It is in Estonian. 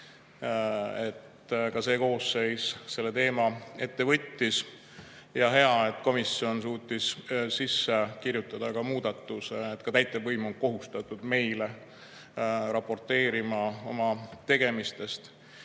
et ka see koosseis selle teema ette võttis. Hea, et komisjon suutis sisse kirjutada muudatuse, et täitevvõim on kohustatud meile oma tegemistest